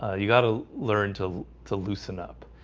ah you got to learn to to loosen up,